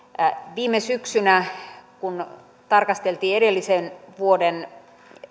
viime syksynä kun tarkasteltiin edellisen vuoden